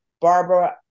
Barbara